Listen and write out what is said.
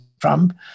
Trump